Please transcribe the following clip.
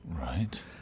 Right